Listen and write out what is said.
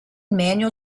manual